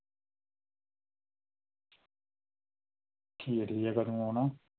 ठीक ऐ ठीक ऐ कदूं आना